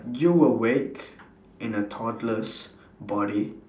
you will wait in a toddler's body